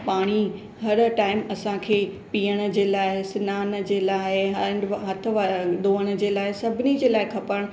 पाणी हर टाइम असांखे पीअण जे लाइ सनानु जे लाइ हैंड वा हथ धोअण जे लाइ सभिनी जे लाइ खपण